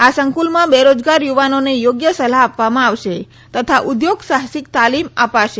આ સંકુલમાં બેરોજગાર યુવાનોને યોગ્ય સલાહ આપવામાં આવેશે તથા ઉદ્યોગ સાહસિક તાલીમ અપાશે